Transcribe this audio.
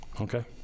Okay